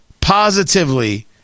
positively